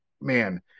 man